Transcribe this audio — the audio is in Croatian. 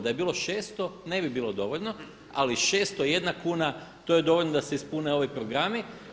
Da je bilo 600 ne bi bilo dovoljno, ali 601 kuna to je dovoljno da se ispune ovi programi.